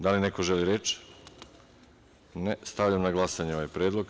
Da li neko želi reč? (Ne) Stavljam na glasanje ovaj predlog.